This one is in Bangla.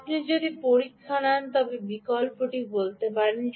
আপনি যদি পরীক্ষা নেন তবে এই বিকল্পটি যদি করেন